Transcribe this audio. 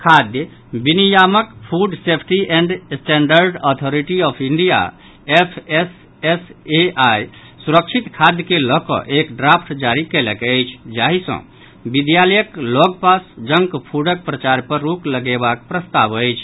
खाद्य विनियामक food safety and standard authority of India FSSAI सुरक्षित खाद्य के लऽकऽ एक ड्राफ्ट जारी कयलक अछि जाहि सॅ विद्यालयक लऽग पास जंकफूडक प्रचार पर रोक लगेबाक प्रस्ताव अछि